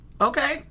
Okay